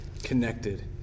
connected